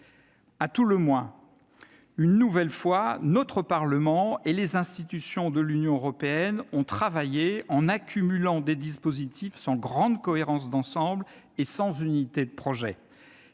À tout le moins, une nouvelle fois, notre parlement et les institutions de l'Union européenne ont travaillé en accumulant des dispositifs, sans grande cohérence d'ensemble et sans conférer